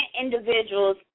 individuals